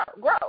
grow